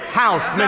house